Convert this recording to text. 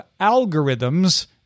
algorithms